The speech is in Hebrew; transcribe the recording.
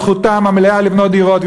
זכותם המלאה לבנות דירות.